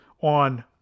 on